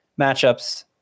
matchups